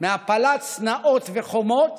מהפלת שנאות וחומות